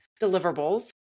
deliverables